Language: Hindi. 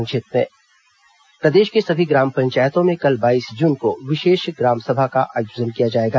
संक्षिप्त समाचार प्रदेश के सभी ग्राम पंचायतों में कल बाईस जून को विशेष ग्राम सभा का आयोजन किया जाएगा